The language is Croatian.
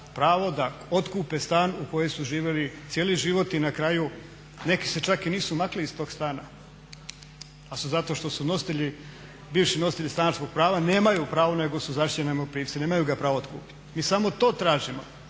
pravo da otkupe stan u kojem su živjeli cijeli život i na kraju neki se čak i nisu makli iz tog stana, ali su zato što su nositelji, bivši nositelji stanarskog prava nemaju pravo nego su zaštićeni najmoprimci, nemaju ga pravo otkupit. Mi samo to tražimo